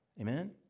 Amen